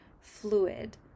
fluid